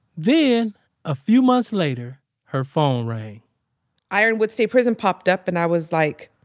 then a few months later, her phone rang ironwood state prison popped up, and i was like,